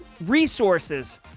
resources